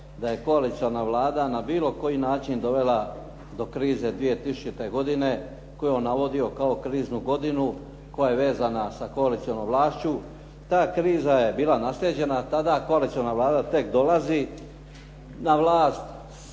da je koalicijska Vlada na bilo koji način dovela do krize 2000. godine, koju je on naveo kao kriznu godinu, koja je vezana sa kolacionom vlašću. Ta kriza je bila naslijeđena tada, koaliciona Vlada tek dolazi na vlast.